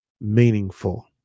meaningful